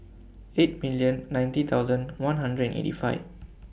eight million ninety thousand one hundred and eighty five